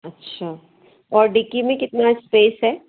अच्छा और डिक्की में कितनी स्पेस है